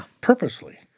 purposely